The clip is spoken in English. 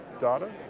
data